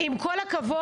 עם כל הכבוד,